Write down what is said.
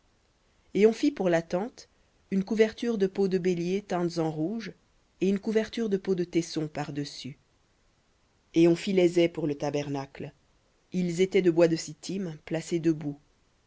et on fit pour la tente une couverture de peaux de béliers teintes en rouge et une couverture de peaux de taissons par-dessus et on fit les ais pour le tabernacle ils étaient de bois de sittim debout